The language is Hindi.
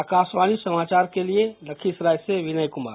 आकाशवाणी समाचार के लिए लखीसराय से विनय कुमार